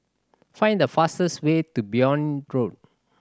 find the fastest way to Benoi Road